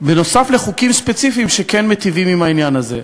נוסף על חוקים ספציפיים שכן מיטיבים בעניין הזה.